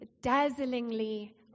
dazzlingly